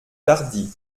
tardy